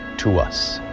to us.